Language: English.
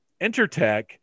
EnterTech